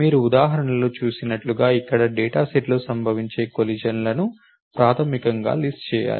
మీరు ఉదాహరణలో చూసినట్లుగా ఇచ్చిన డేటా సెట్లో సంభవించే కొలిషన్లను ప్రాథమికంగా లిస్ట్ చేయాలి